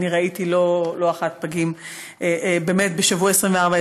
ראיתי לא אחת פגים בשבוע 24,